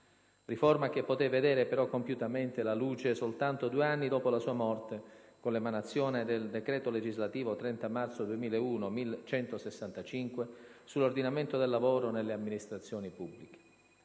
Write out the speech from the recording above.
Riforma che poté vedere però compiutamente la luce soltanto due anni dopo la sua morte, con l'emanazione del decreto legislativo 30 marzo 2001, n. 165, sull'ordinamento del lavoro nelle amministrazioni pubbliche.